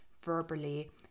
verbally